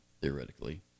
theoretically